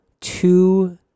two